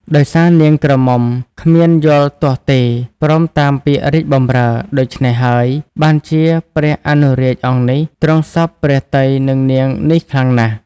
ដោយសារនាងក្រមុំគ្មានយល់ទាស់ទេ ព្រមតាមពាក្យរាជបម្រើ ដូច្នេះហើយបានជាព្រះអនុរាជអង្គនេះ ទ្រង់សព្វព្រះទ័យនឹងនាងនេះខ្លាំងណាស់ ។